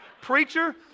Preacher